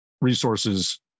resources